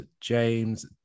james